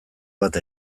bat